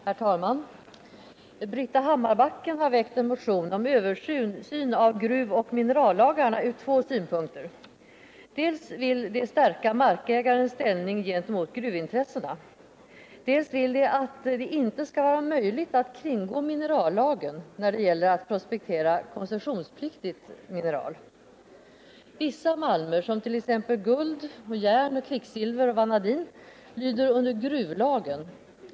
Herr talman! Britta Hammarbacken m.fl. har väckt en motion om översyn av gruvoch minerallagarna från två synpunkter. Dels vill de stärka markägarens ställning gentemot gruvintressena. Dels vill de att det inte skall vara möjligt att kringgå minerallagen när det gäller att prospektera koncessionspliktigt mineral. Vissa malmer, som t.ex. guld, järn, kvicksilver och vanadin, lyder under gruvlagen.